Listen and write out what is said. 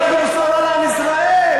להביא בשורה לעם ישראל.